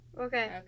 Okay